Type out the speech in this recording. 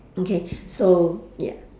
okay so ya